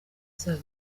izaba